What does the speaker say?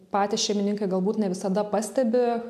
patys šeimininkai galbūt ne visada pastebi